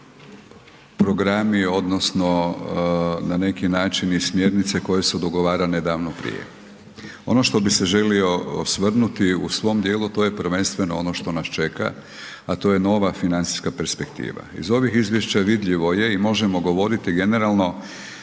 programi odnosno na neki način i smjernice koje su dogovarane davno prije. Ono što bi se želio osvrnuti u svom dijelu, to je prvenstveno ono što nas čeka, a to je nova financijska perspektiva. Iz ovih izvješća vidljivo je i možemo govoriti generalno